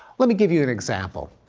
let me give you an example.